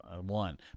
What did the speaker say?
one